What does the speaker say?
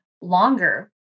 longer